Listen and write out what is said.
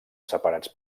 separats